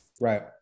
Right